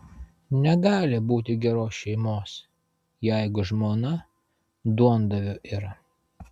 negali būti geros šeimos jeigu žmona duondaviu yra